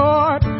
Lord